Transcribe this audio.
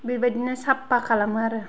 बेबायदिनो साफा खालामो आरो